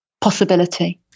possibility